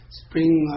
spring